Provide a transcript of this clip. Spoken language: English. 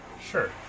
Sure